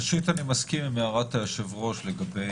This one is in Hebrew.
ראשית אני מסכים עם הערת היושב-ראש לגבי